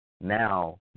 now